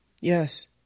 Yes